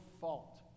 fault